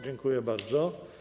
Dziękuję bardzo.